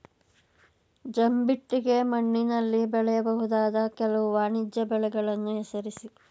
ಜಂಬಿಟ್ಟಿಗೆ ಮಣ್ಣಿನಲ್ಲಿ ಬೆಳೆಯಬಹುದಾದ ಕೆಲವು ವಾಣಿಜ್ಯ ಬೆಳೆಗಳನ್ನು ಹೆಸರಿಸಿ?